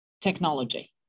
technology